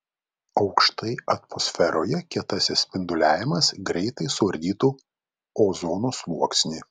aukštai atmosferoje kietasis spinduliavimas greitai suardytų ozono sluoksnį